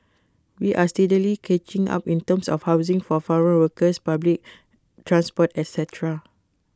we are steadily catching up in terms of housing for foreign workers public transport etcetera